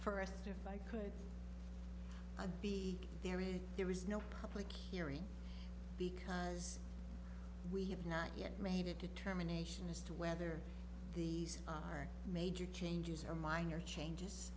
furthur fi could be there is there is no public hearing because we have not yet made it determination as to whether these are major changes or minor changes